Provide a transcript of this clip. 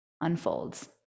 unfolds